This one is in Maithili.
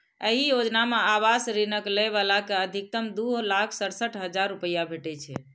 एहि योजना मे आवास ऋणक लै बला कें अछिकतम दू लाख सड़सठ हजार रुपैया भेटै छै